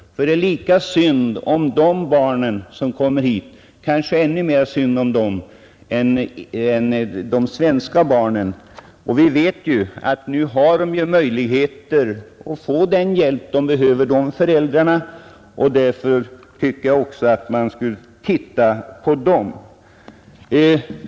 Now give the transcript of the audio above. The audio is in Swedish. Det är lika synd om de främmande barn som kommer hit, ja kanske är det mera synd om dem än om de svenska barnen; vi vet ju att deras föräldrar nu har möjligheter att få den hjälp de behöver.